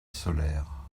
solaire